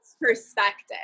perspective